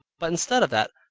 but instead of that,